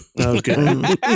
Okay